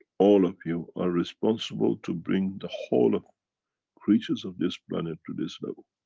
all of you are responsible to bring the whole of creatures of this planet to this level.